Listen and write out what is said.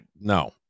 no